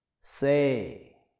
Say